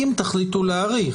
אם תחליטו להאריך.